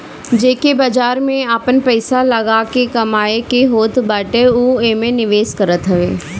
जेके बाजार में आपन पईसा लगा के कमाए के होत बाटे उ एमे निवेश करत हवे